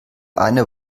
eine